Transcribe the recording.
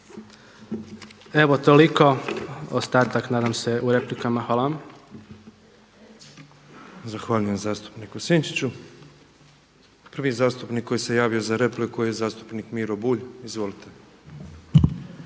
Evo toliko, ostatak nadam se u replikama. Hvala vam. **Petrov, Božo (MOST)** Zahvaljujem zastupniku Sinčiću. Prvi zastupnik koji se javio za repliku je zastupnik Miro Bulj. Izvolite.